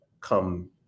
come